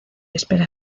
espera